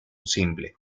simple